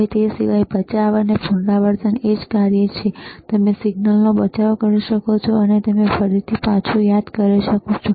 હવે તે સિવાય બચાવ અને પુનરાવર્તન એ જ કાર્ય છે જે તમે સિગ્નલનો બચાવ કરી શકો છો અને તમે તેને પછીથી યાદ કરી શકો છો